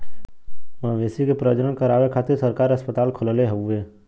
मवेशी के प्रजनन करावे खातिर सरकार अस्पताल खोलले हउवे